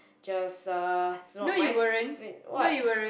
just uh it's not my f~ what